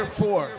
four